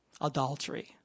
Adultery